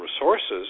resources